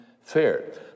fared